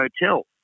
Hotel